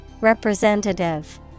Representative